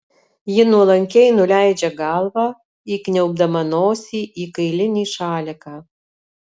ji nuolankiai nuleidžia galvą įkniaubdama nosį į kailinį šaliką